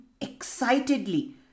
excitedly